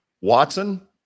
Watson